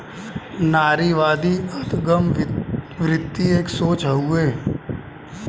नारीवादी अदगम वृत्ति एक सोच हउए